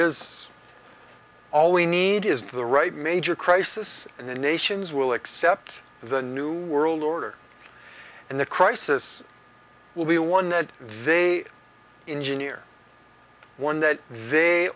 is all we need is the right major crisis and the nations will accept the new world order and the crisis will be one that they engine near one that they